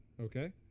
Okay